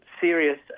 serious